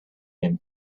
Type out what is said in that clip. him